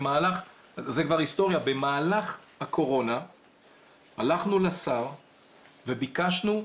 כבר במהלך הקורונה הלכנו לשר וביקשנו,